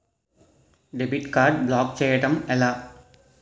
Debit card block చేయటం ఎలా?